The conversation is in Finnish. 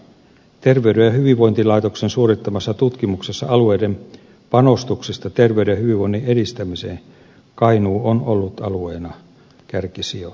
terveyden ja hyvinvoinnin laitoksen suorittamassa tutkimuksessa alueiden panostuksista terveyden ja hyvinvoinnin edistämiseen kainuu on ollut alueena kärkisijoilla